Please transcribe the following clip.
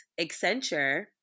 Accenture